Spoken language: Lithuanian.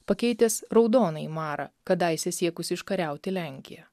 pakeitęs raudonąjį marą kadaise siekusį užkariauti lenkiją